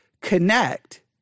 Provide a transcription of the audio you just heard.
connect